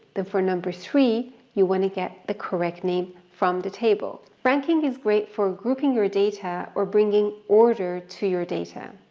for number three, you wanna get the correct name from the table. ranking is great for grouping your data or bringing order to your data.